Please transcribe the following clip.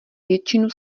většinu